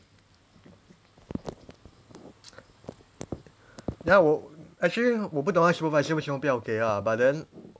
ya 我 actually 我不懂那个 supervisor 为什么不要给他 but then